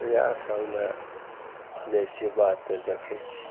इएहसब ने जाइ छिए बाध तऽ देखै छिए